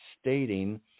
stating